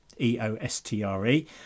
E-O-S-T-R-E